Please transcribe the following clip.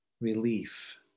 relief